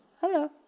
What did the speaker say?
hello